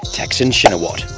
thaksin shinawatra.